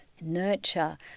nurture